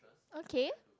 okay